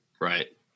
Right